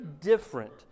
different